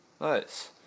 Nice